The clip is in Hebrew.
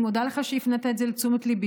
אני מודה לך שהפנית את זה לתשומת ליבי.